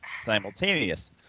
simultaneous